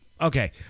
Okay